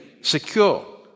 secure